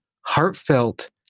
heartfelt